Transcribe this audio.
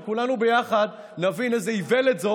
וכולנו ביחד נבין איזה איוולת זאת